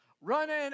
Running